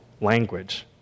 language